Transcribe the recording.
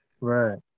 Right